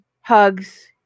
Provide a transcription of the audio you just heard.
hugs